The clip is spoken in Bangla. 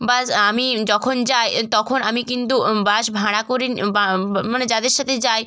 বাস আমি যখন যাই তখন আমি কিন্তু বাস ভাড়া করে বা মানে যাদের সাথে যাই